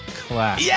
class